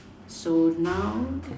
so now